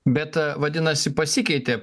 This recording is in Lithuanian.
bet vadinasi pasikeitė